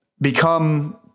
become